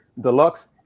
deluxe